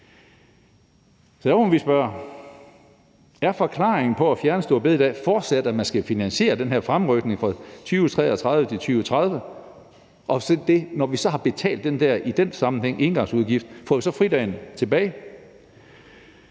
Er forklaringen på at fjerne store bededag fortsat, at man skal finansiere den her fremrykning fra 2033 til 2030? Og når vi så har betalt det, der i den sammenhæng er en engangsudgift, får vi så fridagen tilbage?